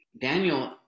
Daniel